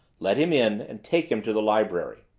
let him in and take him to the library.